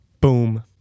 Boom